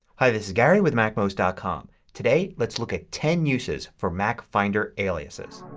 hi, this is gary with macmost ah com. today let's look at ten uses for mac finder aliases.